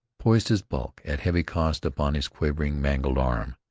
poised his bulk at heavy cost upon his quivering, mangled arm,